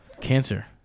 Cancer